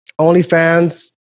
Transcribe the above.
OnlyFans